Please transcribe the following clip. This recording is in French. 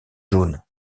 jaune